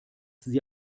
sie